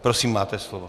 Prosím, máte slovo.